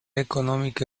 económica